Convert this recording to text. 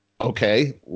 okay